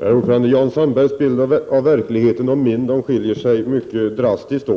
Herr talman! Jan Sandbergs och min bild av verkligheten skiljer sig åt mycket drastiskt.